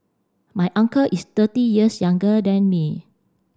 my uncle is thirty years younger than me